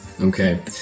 Okay